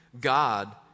God